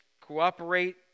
cooperate